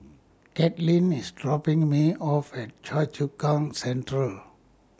Katelin IS dropping Me off At Choa Chu Kang Central